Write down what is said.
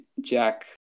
Jack